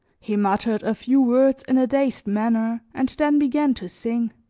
he muttered a few words in a dazed manner and then began to sing.